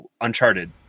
Uncharted